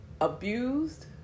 abused